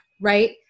right